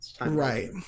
Right